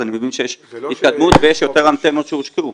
אני מבין שיש התקדמות ויש יותר אנטנות שהושקעו.